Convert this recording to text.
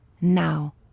now